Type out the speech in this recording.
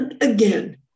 again